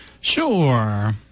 Sure